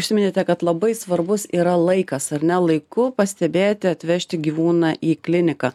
užsiminėte kad labai svarbus yra laikas ar ne laiku pastebėti atvežti gyvūną į kliniką